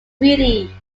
treaty